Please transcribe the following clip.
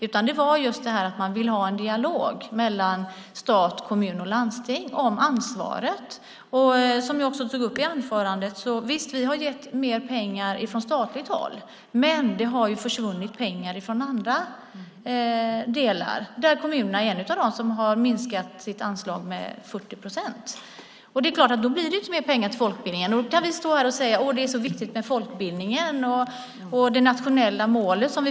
I stället handlade det just om att man ville ha en dialog mellan stat, kommun och landsting om ansvaret. Som jag sade i mitt anförande: Visst, vi har gett mer pengar från statligt håll. Men pengar har samtidigt försvunnit från andra delar. Kommunerna hör till dem som har minskat sitt anslag med 40 procent. Det är klart att det då inte blir mer pengar till folkbildningen. Vi kan stå här och säga att det är så viktigt med folkbildningen och med det nationella målet.